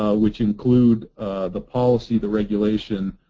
which include the policy, the regulation,